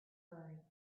birds